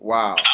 Wow